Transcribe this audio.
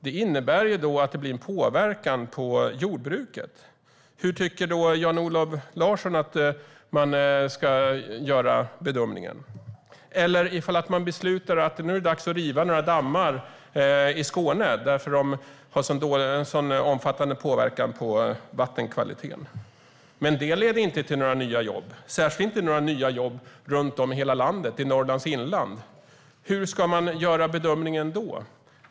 Det innebär att det blir en påverkan på jordbruket. Hur tycker Jan-Olof Larsson att man ska göra bedömningen? Om man beslutar att det är dags att riva några dammar i Skåne, därför att de har så omfattande påverkan på vattenkvaliteten, leder detta inte till några nya jobb, särskilt inte i hela landet och i Norrlands inland. Hur ska man göra bedömningen då?